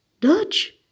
Dutch